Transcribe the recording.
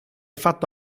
fatto